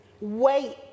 Wait